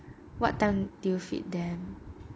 what time do you feed them